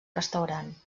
restaurant